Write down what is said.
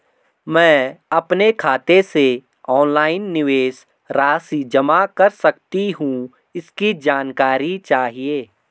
मैं अपने खाते से ऑनलाइन निवेश राशि जमा कर सकती हूँ इसकी जानकारी चाहिए?